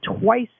twice